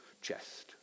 chest